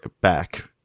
back